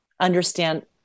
understand